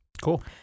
Cool